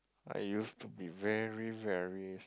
I used to be very very